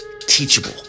teachable